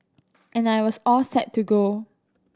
and I was all set to go